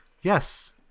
yes